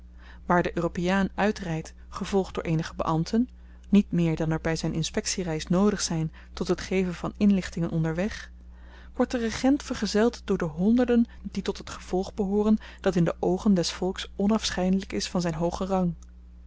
waar de europeaan uitrydt gevolgd door eenige beambten niet meer dan er by zyn inspektiereis noodig zyn tot het geven van inlichtingen onder weg wordt de regent vergezeld door de honderden die tot het gevolg behooren dat in de oogen des volks onafscheidelyk is van zyn hoogen rang